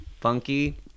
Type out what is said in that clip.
funky